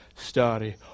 study